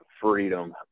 freedom